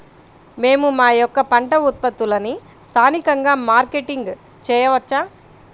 మేము మా యొక్క పంట ఉత్పత్తులని స్థానికంగా మార్కెటింగ్ చేయవచ్చా?